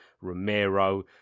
Romero